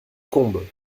combes